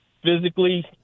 physically